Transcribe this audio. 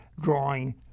drawing